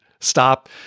stop